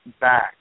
back